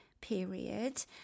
period